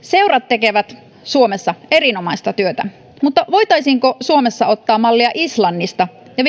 tekevät suomessa erinomaista työtä mutta voitaisiinko suomessa ottaa mallia islannista ja